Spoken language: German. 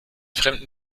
fremden